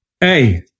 Hey